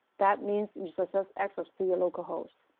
that means you success access to your localhost.